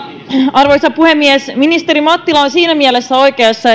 arvoisa puhemies ministeri mattila on siinä mielessä oikeassa